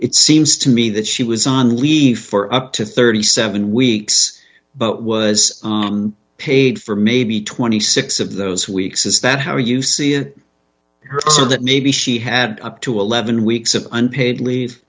it seems to me that she was on leave for up to thirty seven weeks but was paid for maybe twenty six of those weeks is that how you see it her answer that maybe she had up to eleven weeks of unpaid leave